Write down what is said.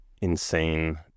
insane